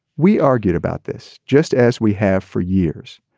we argued about this just as we have for years.